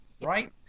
Right